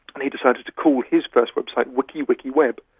and he decided to call his first website wiki wiki web.